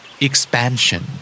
Expansion